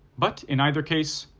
but in either case,